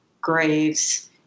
graves